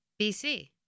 BC